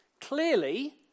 clearly